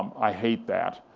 i hate that.